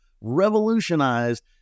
revolutionized